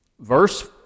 Verse